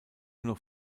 noch